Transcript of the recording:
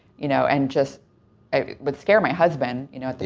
you know, and just. it would scare my husband, you know. at the